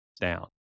down